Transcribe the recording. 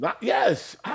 Yes